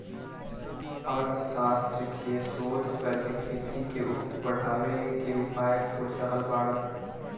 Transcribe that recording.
अर्थशास्त्र के शोध करके खेती के बढ़ावे के उपाय खोज रहल बाड़न